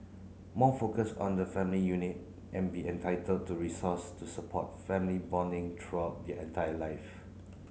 more focus on the family unit and be entitled to resource to support family bonding throughout their entire life